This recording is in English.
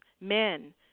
men